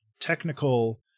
technical